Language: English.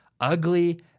ugly